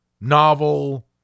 novel